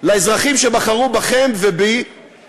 לאזרחים שבחרו בכם ובי